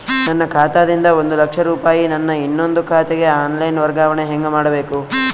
ನನ್ನ ಖಾತಾ ದಿಂದ ಒಂದ ಲಕ್ಷ ರೂಪಾಯಿ ನನ್ನ ಇನ್ನೊಂದು ಖಾತೆಗೆ ಆನ್ ಲೈನ್ ವರ್ಗಾವಣೆ ಹೆಂಗ ಮಾಡಬೇಕು?